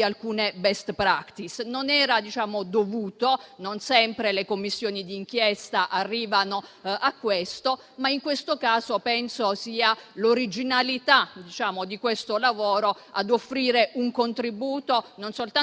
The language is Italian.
alcune *best practice.* Non era dovuto e non sempre le Commissioni d'inchiesta arrivano a questo, ma in questo caso penso sia l'originalità di questo lavoro a offrire un contributo non soltanto